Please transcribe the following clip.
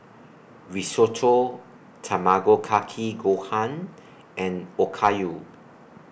Risotto Tamago Kake Gohan and Okayu